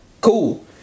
cool